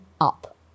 up